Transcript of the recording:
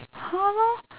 hole or